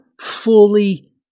fully